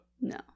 No